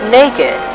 naked